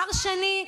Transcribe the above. שר שני,